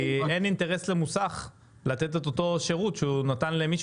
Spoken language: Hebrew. כי אין אינטרס למוסך לתת את אותו שירות שהוא נתן למישהו